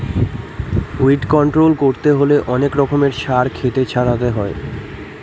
weed control করতে হলে অনেক রকমের সার ক্ষেতে ছড়াতে হয়